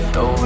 no